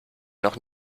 noch